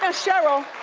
ah cheryl,